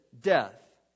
death